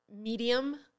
medium